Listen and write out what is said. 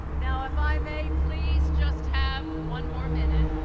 now if i may please just have one more minute,